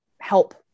Help